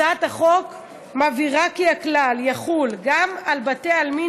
הצעת החוק מבהירה כי הכלל יחול גם על בתי עלמין